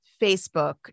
Facebook